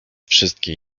wszystkie